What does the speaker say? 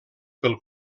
pel